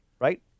right